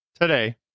today